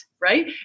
Right